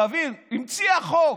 תבין, היא המציאה חוק.